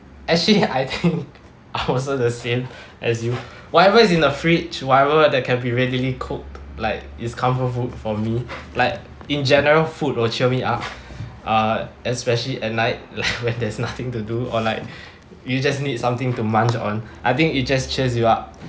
actually I think I'm also the same as you whatever is in the fridge whatever that can be readily cooked like it's comfort food for me like in general food will cheer me up uh especially at night like there's nothing to do or like you just need something to munch on I think it just cheers you up